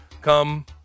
come